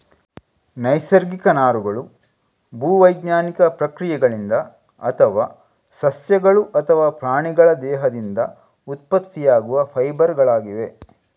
ನೈಸರ್ಗಿಕ ನಾರುಗಳು ಭೂ ವೈಜ್ಞಾನಿಕ ಪ್ರಕ್ರಿಯೆಗಳಿಂದ ಅಥವಾ ಸಸ್ಯಗಳು ಅಥವಾ ಪ್ರಾಣಿಗಳ ದೇಹದಿಂದ ಉತ್ಪತ್ತಿಯಾಗುವ ಫೈಬರ್ ಗಳಾಗಿವೆ